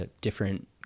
different